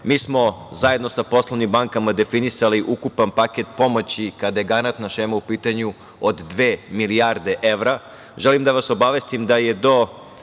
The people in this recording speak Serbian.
Mi smo zajedno sa poslovnim bankama definisali ukupan paket pomoći kada je garantna šema u pitanju, od dve milijarde evra. Želim da vas obavestim da je do